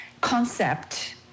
concept